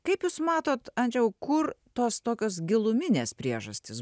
kaip jūs matot andžejau kur tos tokios giluminės priežastys